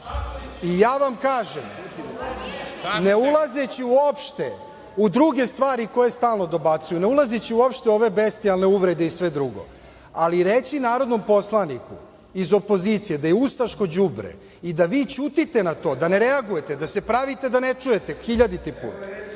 I ja vam kažem ne ulazeći uopšte u druge stvari koje stalno dobacuju, ne ulazeći uopšte u ove bestijalne uvrede i sve drugo, ali reći narodnom poslaniku iz opozicije da je ustaško đubre i da vi ćutite na to, da ne reagujete, da se pravite da ne čujete hiljaditi put,